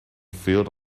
field